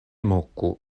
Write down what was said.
moku